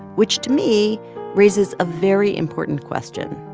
which to me raises a very important question.